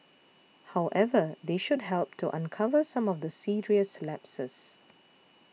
however they should help to uncover some of the serious lapses